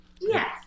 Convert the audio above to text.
Yes